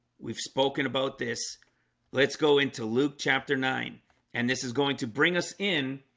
we've spoken about this let's go into luke chapter nine and this is going to bring us in